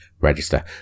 register